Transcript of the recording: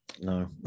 No